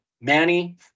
Manny